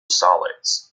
solids